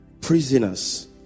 prisoners